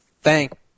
thank